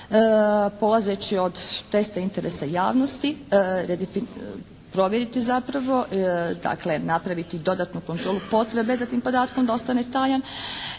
polazeći od testa interesa javnosti provjeriti zapravo, dakle napraviti dodatnu …/Govornik se ne razumije./… potrebe za tim podatkom da ostane tajan